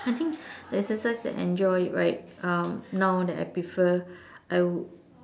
I think the exercise that enjoy right um now that I prefer I would